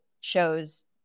shows